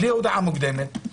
בלי הודעה מוקדמת,